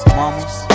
mamas